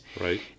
right